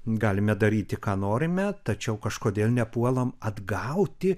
galime daryti ką norime tačiau kažkodėl nepuolam atgauti